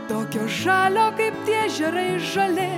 tokio žalio kaip tie ežerai žali